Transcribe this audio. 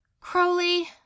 Crowley